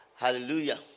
Hallelujah